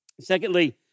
Secondly